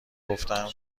گفتم